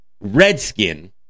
redskin